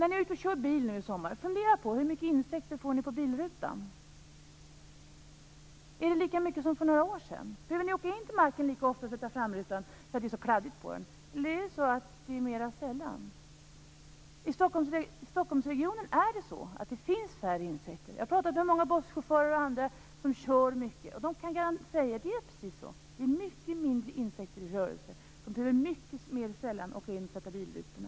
När ni är ute kör bil nu i sommar kan ni fundera på hur mycket insekter ni får på bilrutan. Behöver ni åka in till macken lika ofta för att tvätta framrutan för att den är så kladdig, eller är det mera sällan? I Stockholmsregionen är det så att det finns färre insekter. Jag har pratat med många busschaufförer och andra som kör bil mycket. Det är mycket mindre insekter i rörelse.